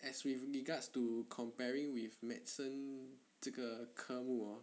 as with regards to comparing with medicine 这个科目 hor